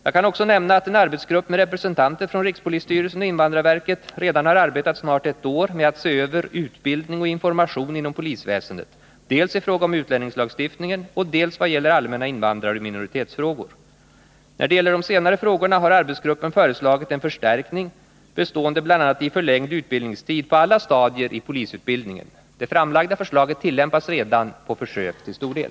Jag kan också nämna att en arbetsgrupp med representanter från rikspolisstyrelsen och invandrarverket redan har arbetat snart ett år med att se över utbildning och information inom polisväsendet, dels i fråga om utlänningslagstiftningen, dels vad gäller allmänna invandraroch minoritetsfrågor. När det gäller de senare frågorna har arbetsgruppen föreslagit en förstärkning bestående bl.a. i förlängd utbildningstid på alla stadier i polisutbildningen. Det framlagda förslaget tillämpas redan på försök till stor del.